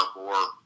more